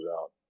out